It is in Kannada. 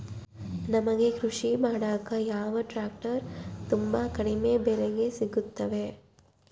ನಮಗೆ ಕೃಷಿ ಮಾಡಾಕ ಯಾವ ಟ್ರ್ಯಾಕ್ಟರ್ ತುಂಬಾ ಕಡಿಮೆ ಬೆಲೆಗೆ ಸಿಗುತ್ತವೆ?